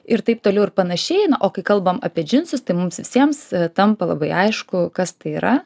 ir taip toliau ir panašiai o kai kalbam apie džinsus tai mums visiems tampa labai aišku kas tai yra